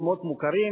שמות מוכרים.